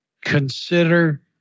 consider